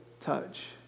touch